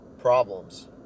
problems